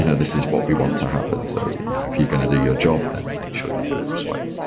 you know this is what we want to happen. so you know if you're going to do your job, then make sure you do it this way.